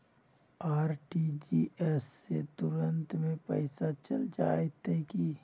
RTGS से तुरंत में पैसा चल जयते की?